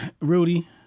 rudy